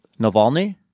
Navalny